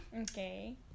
Okay